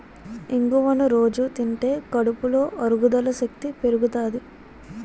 ఇంగువను రొజూ తింటే కడుపులో అరుగుదల శక్తి పెరుగుతాది